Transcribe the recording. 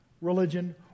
religion